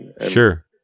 Sure